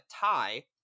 tie